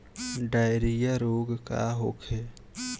Diarrhoea रोग का होखे?